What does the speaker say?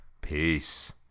Peace